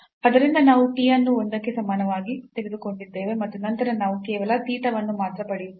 ಆದ್ದರಿಂದ ನಾವು t ಅನ್ನು ಒಂದಕ್ಕೆ ಸಮನಾಗಿ ತೆಗೆದುಕೊಂಡಿದ್ದೇವೆ ಮತ್ತು ನಂತರ ನಾವು ಕೇವಲ ಥೀಟಾವನ್ನು ಮಾತ್ರ ಪಡೆಯುತ್ತೇವೆ